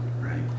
right